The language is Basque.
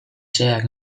xeheak